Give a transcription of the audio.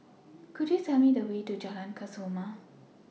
Could YOU Tell Me The Way to Jalan Kesoma